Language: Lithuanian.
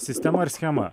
sistema ar schema